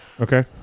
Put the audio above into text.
okay